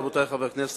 רבותי חברי הכנסת,